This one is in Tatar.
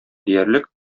диярлек